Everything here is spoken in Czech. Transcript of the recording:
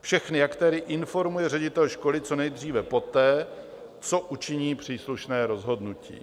Všechny aktéry informuje ředitel školy co nejdříve poté, co učiní příslušné rozhodnutí.